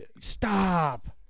Stop